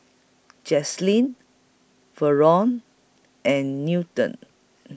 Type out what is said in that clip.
Jaelynn from and Newton